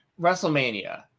wrestlemania